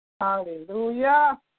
Hallelujah